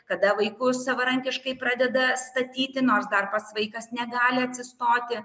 kada vaikus savarankiškai pradeda statyti nors dar pats vaikas negali atsistoti